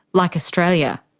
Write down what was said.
like australia.